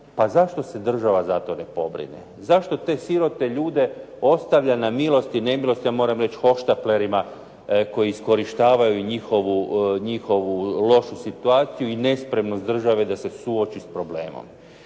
pa zašto se država za to ne pobrine? Zašto te sirote ljude ostavlja na milost i nemilost, ja moram reći hohštaplerima koji iskorištavaju njihovu lošu situaciju i nespremnost države da se suoči s problemom.